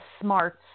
smarts